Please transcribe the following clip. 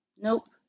nope